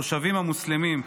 התושבים המוסלמים,